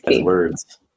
words